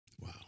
Wow